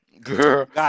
girl